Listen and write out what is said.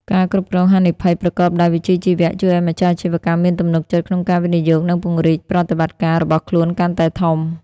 ការគ្រប់គ្រងហានិភ័យប្រកបដោយវិជ្ជាជីវៈ ជួយឱ្យម្ចាស់អាជីវកម្មមានទំនុកចិត្តក្នុងការវិនិយោគ និងពង្រីកប្រតិបត្តិការរបស់ខ្លួនកាន់តែធំ។